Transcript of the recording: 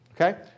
Okay